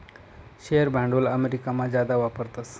share भांडवल अमेरिकामा जादा वापरतस